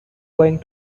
going